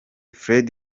fred